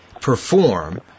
perform